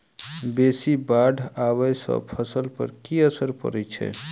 बेसी बाढ़ आबै सँ फसल पर की असर परै छै?